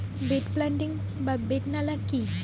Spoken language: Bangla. বেড প্লান্টিং বা বেড নালা কি?